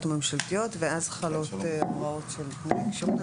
הממשלתיות ואז חלות הוראות של תנאי כשירות.